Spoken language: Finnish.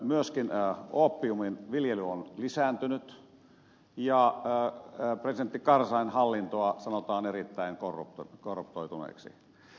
myöskin oopiumin viljely on lisääntynyt ja presidentti karzain hallintoa sanotaan erittäin korruptoituneeksi